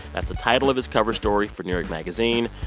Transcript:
that's the title of his cover story for new york magazine.